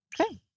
okay